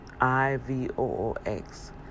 I-V-O-O-X